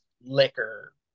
liquor